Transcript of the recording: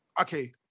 Okay